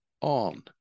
on